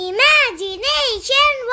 Imagination